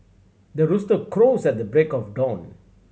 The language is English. the rooster crows at the break of dawn